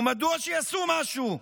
ומדוע שיעשו משהו?